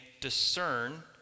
discern